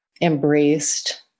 embraced